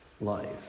life